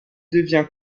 devient